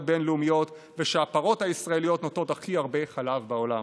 בין-לאומיות ושהפרות הישראליות נותנות הכי הרבה חלב בעולם.